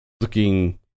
looking